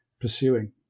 pursuing